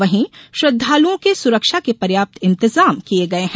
वहीं श्रद्धालुओं के सुरक्षा के पर्याप्त इंतजाम किये गये है